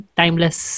timeless